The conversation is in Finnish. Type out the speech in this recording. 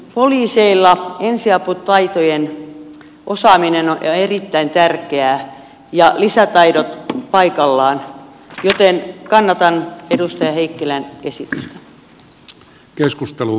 poliiseilla ensiaputaitojen osaaminen on erittäin tärkeää ja lisätaidot paikallaan joten kannatan edustaja heikkilän esitystä